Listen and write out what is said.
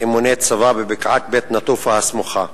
אימוני צבא בבקעת בית-נטופה הסמוכה.